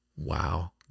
wow